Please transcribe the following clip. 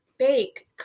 Bake